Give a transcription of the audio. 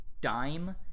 dime